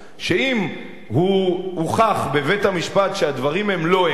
שאם הוכח בבית-המשפט שהדברים הם לא אמת,